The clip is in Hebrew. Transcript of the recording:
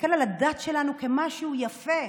להסתכל על הדת שלנו כמשהו יפה,